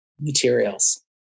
materials